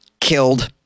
killed